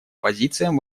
позициям